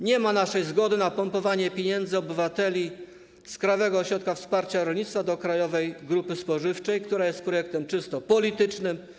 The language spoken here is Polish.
Nie ma naszej zgody na pompowanie pieniędzy obywateli z Krajowego Ośrodka Wsparcia Rolnictwa do Krajowej Grupy Spożywczej, która jest projektem czysto politycznym.